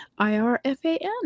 IRFAN